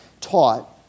taught